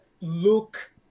look